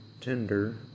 tender